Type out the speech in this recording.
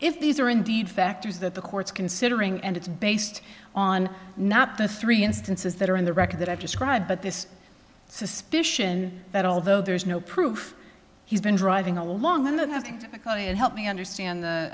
if these are indeed factors that the courts considering and it's based on not the three instances that are in the record that i've described but this suspicion that although there's no proof he's been driving along and then have to help me